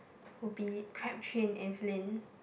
would be Crabtree and Evelyn